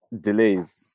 delays